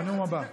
בנאום הבא.